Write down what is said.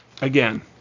again